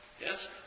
Yes